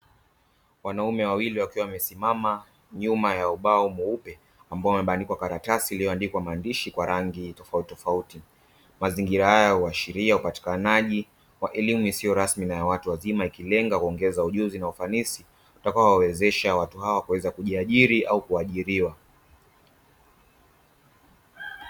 Wanaume wawili wakiwa wamesimama nyuma ya ubao mweupe ambao umebandikwa karatasi iliyoandikwa maandishi kwa rangi tofauti tofauti, mazingira haya huashiria hupatikanaji wa elimu isiyo rasmi na ya watu wazima ikilenga kuongeza ujuzi na ufanisi utakaowawezesha watu hawa kujiajiri au kuajiriwa.